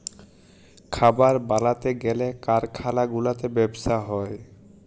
খাবার বালাতে গ্যালে কারখালা গুলাতে ব্যবসা হ্যয়